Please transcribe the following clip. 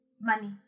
money